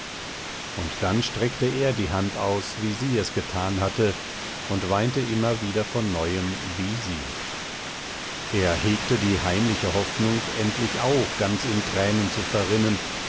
und dann streckte er die hand aus wie sie es getan hatte und weinte immer wieder von neuem wie sie er hegte die heimliche hoffnung endlich auch ganz in tränen zu verrinnen